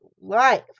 life